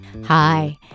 Hi